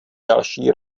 další